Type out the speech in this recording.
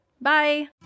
Bye